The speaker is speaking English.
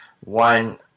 one